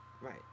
Right